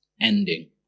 ending